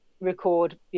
record